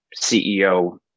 ceo